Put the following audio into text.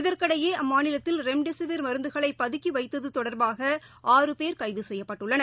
இதற்கிடையே அம்மாநிலத்தில் ரெம்டெசிவிர் மருந்துகளைபதுக்கிவைத்ததுதொடர்பாக ஆ பேர் கைதுசெய்யப்பட்டுள்ளனர்